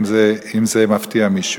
אם זה מפתיע מישהו.